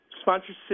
sponsorship